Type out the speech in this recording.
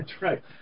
right